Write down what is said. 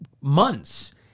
months